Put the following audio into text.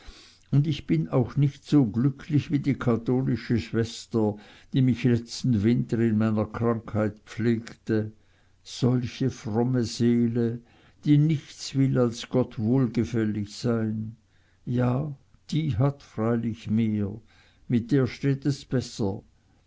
und bin auch nicht so glücklich wie die katholische schwester die mich letzten winter in meiner krankheit pflegte solche fromme seele die nichts will als gott wohlgefällig sein ja die hat freilich mehr und mit der steht es besser